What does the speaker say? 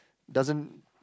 doesn't